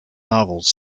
novels